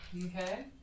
Okay